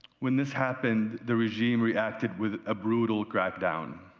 when this happened, the regime reacted with a brutal crack down,